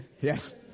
Yes